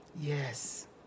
Yes